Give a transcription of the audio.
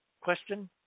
question